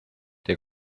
der